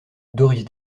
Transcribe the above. doris